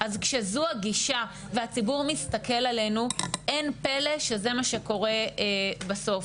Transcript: אז כשזו הגישה והציבור מסתכל עלינו אין פלא שזה מה שקורה בסוף.